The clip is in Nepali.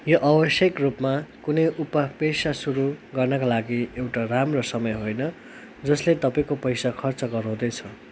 यो आवश्यक रूपमा कुनै उप पेसा सुरु गर्नाका लागि एउटा राम्रो समय होइन जसले तपाईँँको पैसा खर्च गराउँदैछ